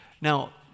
now